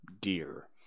dear